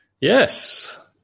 Yes